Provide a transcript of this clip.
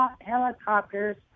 helicopters